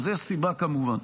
אז יש סיבה, כמובן,